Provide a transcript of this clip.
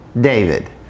David